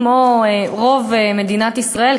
כמו רוב מדינת ישראל,